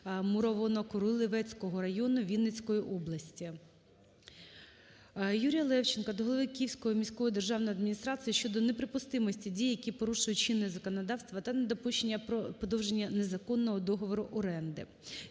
Мурованокуриловецького району Вінницької області. Юрія Левченка до голови Київської міської державної адміністрації щодо неприпустимості дій, які порушують чинне законодавство, та недопущення подовження незаконного договору оренди.